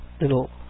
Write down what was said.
little